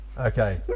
okay